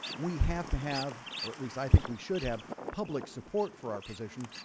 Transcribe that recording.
we have to have, or at least i think we should have public support for our position.